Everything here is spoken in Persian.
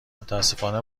متاسفانه